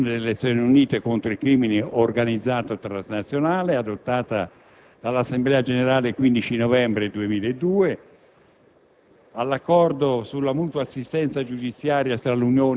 Credo si alluda alla Convenzione delle Nazioni Unite contro il crimine organizzato transnazionale, adottata dall'Assemblea generale il 15 novembre 2002,